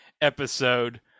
episode